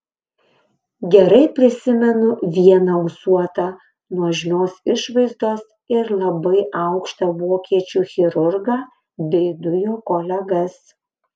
gerai prisimenu vieną ūsuotą nuožmios išvaizdos ir labai aukštą vokiečių chirurgą bei du jo kolegas